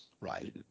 Right